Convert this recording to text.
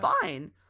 fine